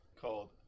called